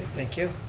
thank you.